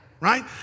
right